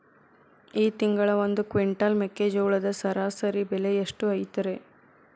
ಈ ತಿಂಗಳ ಒಂದು ಕ್ವಿಂಟಾಲ್ ಮೆಕ್ಕೆಜೋಳದ ಸರಾಸರಿ ಬೆಲೆ ಎಷ್ಟು ಐತರೇ?